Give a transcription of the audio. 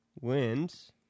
wins